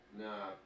Nah